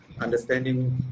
understanding